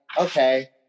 okay